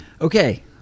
okay